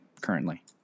currently